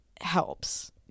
helps